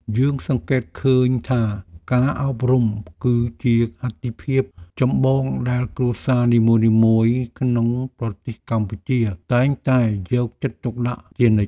យើងសង្កេតឃើញថាការអប់រំគឺជាអាទិភាពចម្បងដែលគ្រួសារនីមួយៗក្នុងប្រទេសកម្ពុជាតែងតែយកចិត្តទុកដាក់ជានិច្ច។